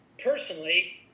personally